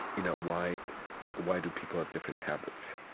you know why why do people have different habits?